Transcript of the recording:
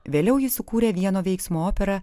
vėliau ji sukūrė vieno veiksmo operą